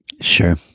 Sure